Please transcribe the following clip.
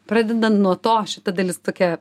pradedant nuo to šita dalis tokia